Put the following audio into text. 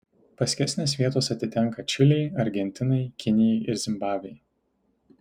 paskesnės vietos atitenka čilei argentinai kinijai ir zimbabvei